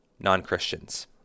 non-Christians